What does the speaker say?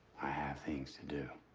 i have things to do.